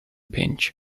pinch